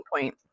point